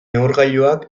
neurgailuak